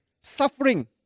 suffering